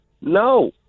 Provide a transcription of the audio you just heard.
No